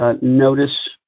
Notice